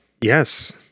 Yes